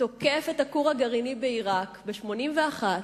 תוקף את הכור הגרעיני בעירק ב-1981,